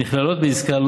הנכללות בעסקה,